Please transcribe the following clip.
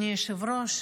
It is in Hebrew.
אדוני היושב-ראש,